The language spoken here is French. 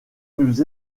nous